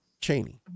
Cheney